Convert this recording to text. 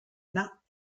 not